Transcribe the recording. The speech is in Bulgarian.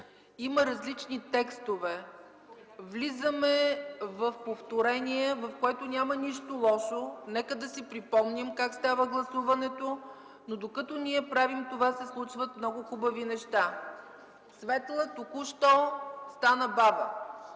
Има различни текстове. Влизаме в повторения, в което няма нищо лошо. Нека да си припомним как става гласуването, но докато ние правим това, се случват много хубави неща. Светла току-що стана баба!